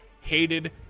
Hated